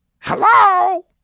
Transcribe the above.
Hello